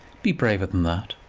be braver than that.